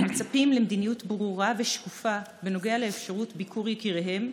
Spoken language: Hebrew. מצפים למדיניות ברורה ושקופה בנוגע לאפשרות ביקור יקיריהם,